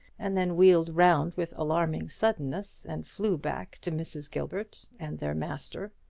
and then wheeled round with alarming suddenness and flew back to mrs. gilbert and their master.